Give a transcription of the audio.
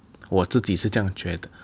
我自己是这样觉得